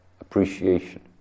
appreciation